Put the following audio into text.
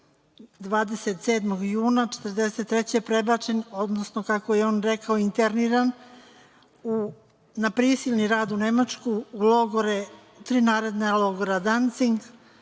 27. juna 1943. godine prebačen, odnosno kako je on rekao interniran, na prisilni rad u Nemačku u logore, tri naredna logora: „Dancing“,